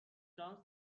شانس